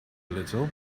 little